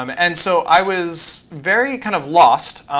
um and so i was very kind of lost.